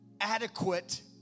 adequate